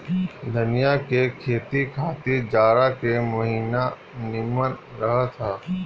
धनिया के खेती खातिर जाड़ा के महिना निमन रहत हअ